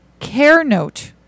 CareNote